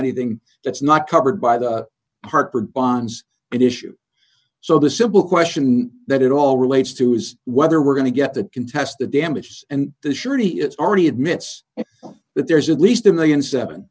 anything that's not covered by the hartford bonds and issue so the simple question that it all relates to is whether we're going to get the contest the damages and the surety it's already admits that there's at least a one million and seven